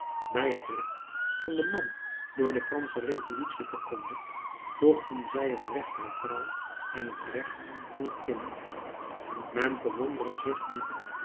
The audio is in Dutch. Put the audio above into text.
bij het recht van den man door de fransche revolutie verkondigd voegden zij het recht der vrouw en het recht van het kind men verwondere zich niet